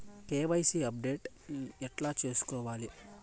KYC update ఎట్లా సేసుకోవాలి?